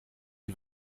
die